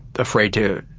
afraid to